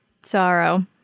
sorrow